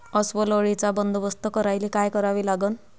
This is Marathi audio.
अस्वल अळीचा बंदोबस्त करायले काय करावे लागन?